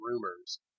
rumors